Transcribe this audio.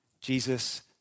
Jesus